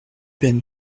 peine